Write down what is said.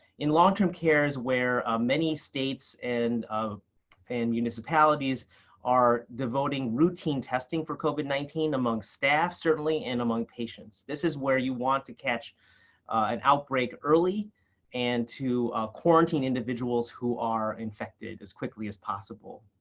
in long-term care is where many states and and municipalities are devoting routine testing for covid nineteen among staff certainly, and among patients. this is where you want to catch an outbreak early and to quarantine individuals who are infected as quickly as possible.